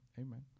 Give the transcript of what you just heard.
Amen